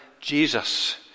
Jesus